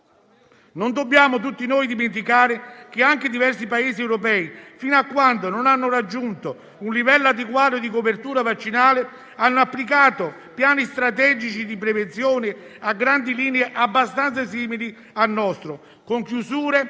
Non dobbiamo dimenticare, tutti noi, che anche diversi Paesi europei, fino a quando non hanno raggiunto un livello adeguato di copertura vaccinale, hanno applicato piani strategici di prevenzione a grandi linee abbastanza simili al nostro, con chiusure